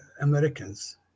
Americans